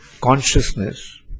consciousness